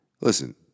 Listen